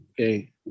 Okay